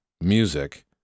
music